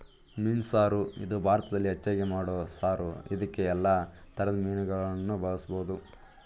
ಮೀನು ಸಾರು ಇದು ಭಾರತದಲ್ಲಿ ಹೆಚ್ಚಾಗಿ ಮಾಡೋ ಸಾರು ಇದ್ಕೇ ಯಲ್ಲಾ ತರದ್ ಮೀನುಗಳನ್ನ ಬಳುಸ್ಬೋದು